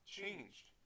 changed